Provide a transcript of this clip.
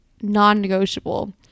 non-negotiable